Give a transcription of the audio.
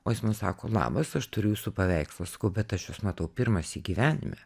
o jis man sako labas aš turiu jūsų paveikslą sakau bet aš jus matau pirmąsyk gyvenime